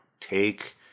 take